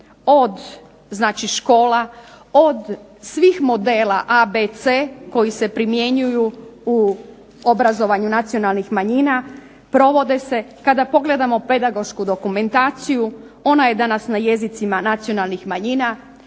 škola, od svih modela A,B,C koji se primjenjuju u obrazovanju nacionalnih manjina, provode se kada pogledamo pedagošku dokumentaciju ona je danas na jezicima nacionalnih manjina,